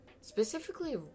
specifically